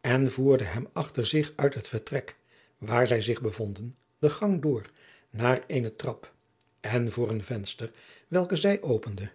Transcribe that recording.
en voerde hem achter zich uit het vertrek waar zij zich bevonjacob van lennep de pleegzoon den de gang door naar eene trap en voor een venster hetwelk zij opende